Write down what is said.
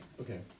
Okay